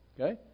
Okay